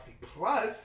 plus